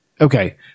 okay